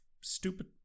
stupid